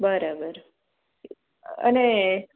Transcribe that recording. બરાબર અને